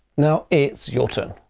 now it's your turn.